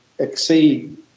exceed